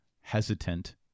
hesitant